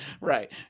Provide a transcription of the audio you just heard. Right